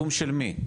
סיכום של מי?